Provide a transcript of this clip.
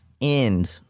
end